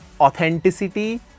authenticity